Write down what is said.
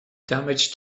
damage